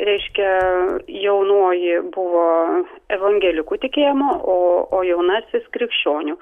reiškia jaunoji buvo evangelikų tikėjimo o o jaunasis krikščionių